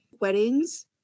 weddings